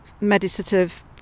meditative